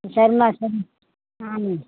சரிம்மா சரி ஆமாம்